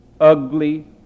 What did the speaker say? ugly